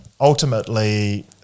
ultimately